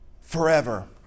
forever